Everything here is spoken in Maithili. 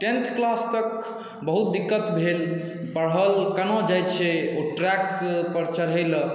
टेंथ क्लास तक बहुत दिक्कत भेल पढ़ल केना जाइ छै ओ ट्रैक पर चढ़ऽ लए